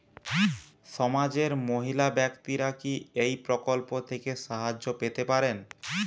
সমাজের মহিলা ব্যাক্তিরা কি এই প্রকল্প থেকে সাহায্য পেতে পারেন?